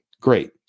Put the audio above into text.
great